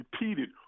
repeated